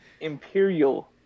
Imperial